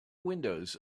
windows